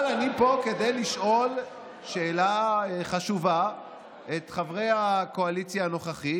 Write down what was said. אבל אני פה כדי לשאול שאלה חשובה את חברי הקואליציה הנוכחית,